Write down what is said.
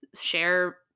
share